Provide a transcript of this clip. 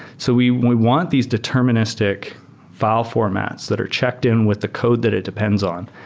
so we we want these deterministic file formats that are checked in with the code that it depends on.